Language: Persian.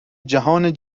جهان